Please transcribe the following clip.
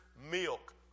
milk